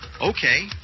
Okay